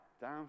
down